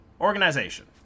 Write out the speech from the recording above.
Organization